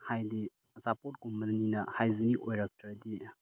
ꯍꯥꯏꯗꯤ ꯑꯆꯥ ꯄꯣꯠꯀꯨꯝꯕꯅꯤꯅ ꯍꯥꯏꯖꯅꯤꯛ ꯑꯣꯏꯔꯛꯇ꯭ꯔꯗꯤ